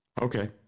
Okay